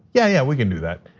yeah, yeah, we can do that,